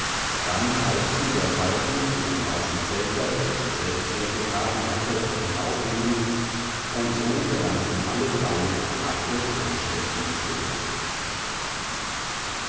dann half sie bertalden zu dem weißen zelter der sie selbst hergetragen hatte hinaufheben und so gelangten alle dreie nach burg ringstetten zurück